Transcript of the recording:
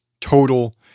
total